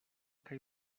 kaj